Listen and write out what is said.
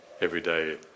everyday